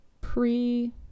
pre